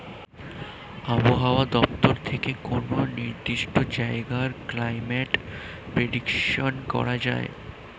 আবহাওয়া দপ্তর থেকে কোনো নির্দিষ্ট জায়গার ক্লাইমেট প্রেডিকশন করা যায়